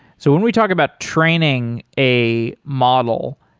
so when we talk about training a model,